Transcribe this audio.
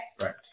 Right